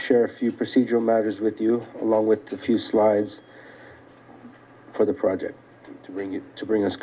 share a few procedural matters with you along with a few slides for the project to bring you to bring